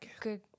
good